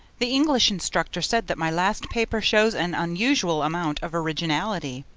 the english instructor said that my last paper shows an unusual amount of originality.